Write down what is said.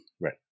right